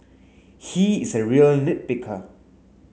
he is a real nit picker